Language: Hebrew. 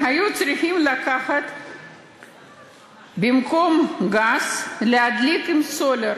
והיו צריכים במקום גז להדליק עם סולר.